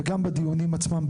וגם בדיונים עצמם,